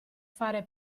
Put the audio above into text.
fare